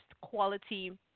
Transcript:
quality